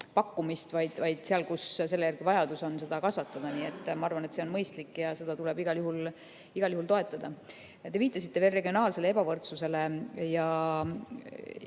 pakkumist, vaid seal, kus selle järele vajadus on, seda ka kasvatada. Nii et ma arvan, et see on mõistlik ja seda tuleb igal juhul toetada. Te viitasite veel regionaalsele ebavõrdsusele ja